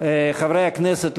חברי הכנסת,